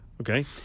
Okay